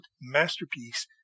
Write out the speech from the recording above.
masterpiece